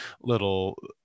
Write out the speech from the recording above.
little